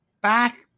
back